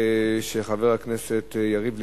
של חבר הכנסת יריב לוין,